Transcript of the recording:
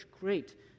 great